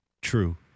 True